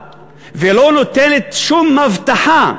לא מדברת על הכרה ולא נותנת שום הבטחה,